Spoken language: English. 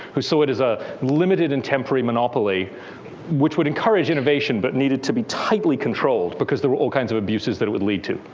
who so it is a limited and temporary monopoly which would encourage innovation but needed to be tightly controlled, because there were all kinds of abuses that it would lead to.